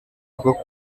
bwo